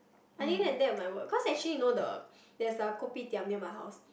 I think then that it might work cause actually you know the there's like a kopitiam near my house